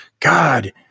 God